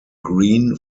green